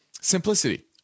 simplicity